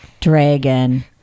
dragon